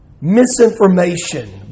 misinformation